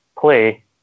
play